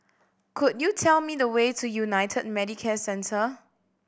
could you tell me the way to United Medicare Centre